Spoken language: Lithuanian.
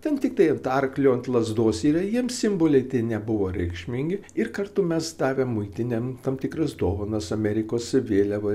ten tiktai ant arklio ant lazdos yra jiem simboliai tie nebuvo reikšmingi ir kartu mes davėm muitinėm tam tikras dovanas amerikos vėliavą